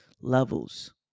levels